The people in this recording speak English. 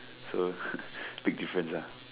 so big difference lah